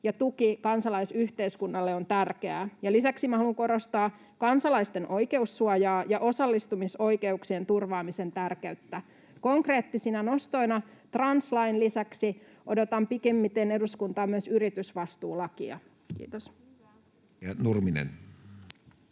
ja tuki kansalaisyhteiskunnalle on tärkeää, ja lisäksi minä haluan korostaa kansalaisten oi-keussuojaa ja osallistumisoikeuksien turvaamisen tärkeyttä. Konkreettisina nostoina translain lisäksi odotan pikimmiten eduskuntaan myös yritysvastuulakia. — Kiitos.